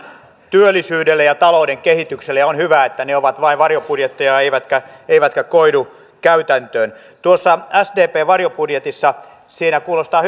työllisyydelle ja talouden kehitykselle ja on hyvä että ne ovat vain varjobudjetteja eivätkä eivätkä koidu käytäntöön tuossa sdpn varjobudjetissa kuulostaa